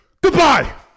Goodbye